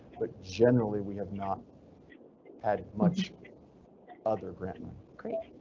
but generally we have not had much other grandma great.